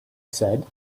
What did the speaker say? said